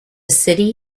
city